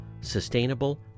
sustainable